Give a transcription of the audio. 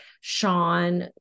sean